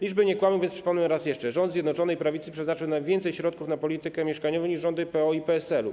Liczby nie kłamią, więc przypomnę raz jeszcze: rząd Zjednoczonej Prawicy przeznaczył więcej środków na politykę mieszkaniową niż rządy PO i PSL.